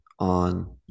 on